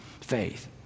faith